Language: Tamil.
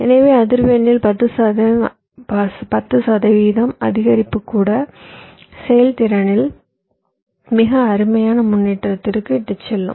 எனவே அதிர்வெண்ணில் 10 சதவிகிதம் அதிகரிப்பு கூட செயல்திறனில் மிக அருமையான முன்னேற்றத்திற்கு இட்டுச் செல்லும்